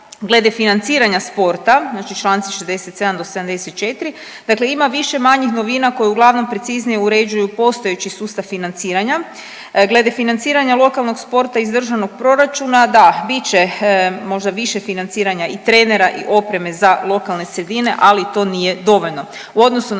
Glede financiranja sporta znači Članci 67. do 74. dakle ima više manjih novina koja uglavnom preciznije uređuju postojeći sustav financiranja. Glede financiranja lokalnog sporta iz državnog proračuna, da bit će možda više financiranja i trenera i opreme za lokalne sredine, ali to nije dovoljno. U odnosu na